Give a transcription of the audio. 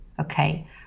okay